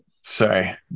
Sorry